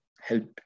help